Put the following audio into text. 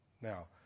Now